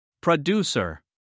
Producer